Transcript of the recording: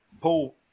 pull